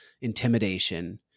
intimidation